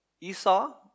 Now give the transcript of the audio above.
Esau